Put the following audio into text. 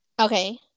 Okay